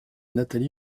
nathalie